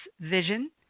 vision